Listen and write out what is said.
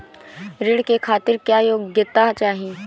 ऋण के खातिर क्या योग्यता चाहीं?